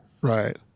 right